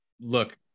Look